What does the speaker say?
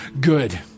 good